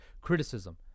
criticism